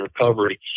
Recovery